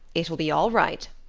it will be all right.